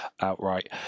outright